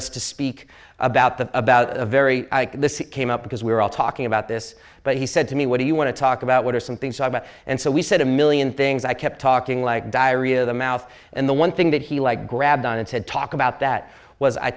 us to speak about the about a very came up because we were all talking about this but he said to me what do you want to talk about what are some things about and so we said a million things i kept talking like diarrhea of the mouth and the one thing that he like grabbed on and said talk about that was i